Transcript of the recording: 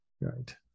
Right